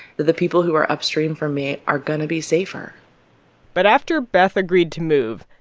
the people who are upstream from me are going to be safer but after beth agreed to move,